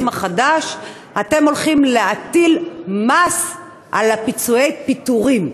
החדש אתם הולכים להטיל מס על פיצויי פיטורים.